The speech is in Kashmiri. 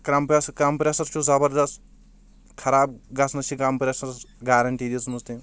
کرمبیسہٕ کمپرسر چھُس زبردست خراب گژھنس چھِ کمپرسرس گارنٹی دژمٕژ تٔمۍ